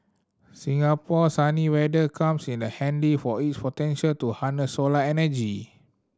Singapore sunny weather comes in the handy for its potential to harness solar energy